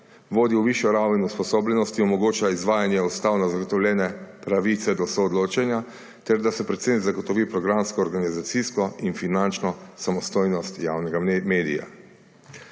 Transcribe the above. vodi v višjo raven usposobljenosti, omogoča izvajanje ustavno zagotovljene pravice do soodločanja ter da se predvsem zagotovi programsko, organizacijsko in finančno samostojnost javnega medija.